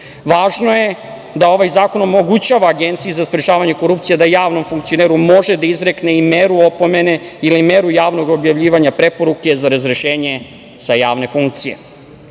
je da ovaj Zakon omogućava Agenciji za sprečavanje korupcije da javnom funkcioneru može da izrekne i meru opomene ili meru javnog objavljivanja preporuke za razrešenje sa javne funkcije. Takođe,